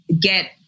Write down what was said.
get